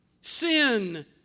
Sin